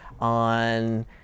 on